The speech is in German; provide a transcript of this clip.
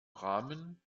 rahmen